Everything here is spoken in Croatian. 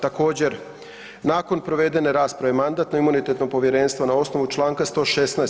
Također, nakon provedene rasprave, Mandatno-imunitetno povjerenstvo na osnovu čl. 116.